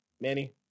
manny